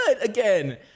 again